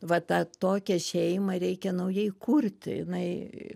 va tą tokią šeimą reikia naujai kurti jinai